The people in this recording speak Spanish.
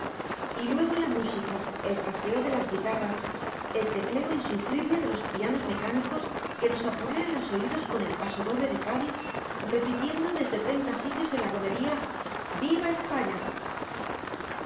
y luego la música el rasgueo de las guitarras el tecleo insufrible de los pianos mecánicos que nos aporrean los oídos con el paso doble de cádiz repitiendo desde treinta sitios de la romería vi va españa